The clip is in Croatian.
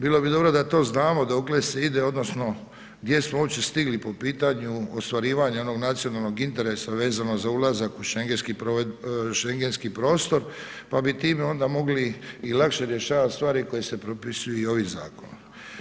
Bilo bi dobro da to znamo dokle se ide, odnosno gdje smo uopće stigli po pitanju ostvarivanja nacionalnog interesa vezano za ulazak u šengenski prostor, pa bi time onda mogli i lakše rješavati stvari koje se propisuje i ovim zakonom.